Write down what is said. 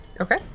Okay